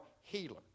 healer